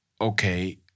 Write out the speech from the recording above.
okay